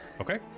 Okay